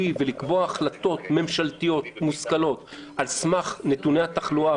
הפרויקטור אמר: המלצתי על סגר חלקי,